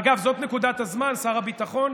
אגב, זאת נקודת הזמן, שר הביטחון,